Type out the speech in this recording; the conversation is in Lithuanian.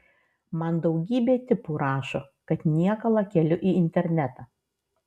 man daugybė tipų rašo kad niekalą keliu į internetą